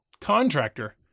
contractor